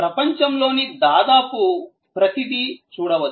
ప్రపంచంలోని దాదాపు ప్రతిదీ చూడవచ్చు